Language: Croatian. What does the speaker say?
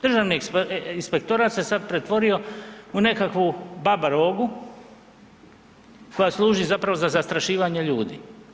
Državni inspektorat se sada pretvorio u nekakvu babarogu koja služi zapravo za zastrašivanje ljudi.